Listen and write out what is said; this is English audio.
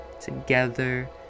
together